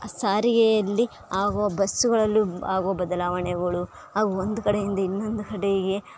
ಸಾರಿಗೆಯಲ್ಲಿ ಆಗೋ ಬಸ್ಸುಗಳಲ್ಲೂ ಆಗುವ ಬದಲಾವಣೆಗಳು ಒಂದು ಕಡೆಯಿಂದ ಇನ್ನೊಂದು ಕಡೆಗೆ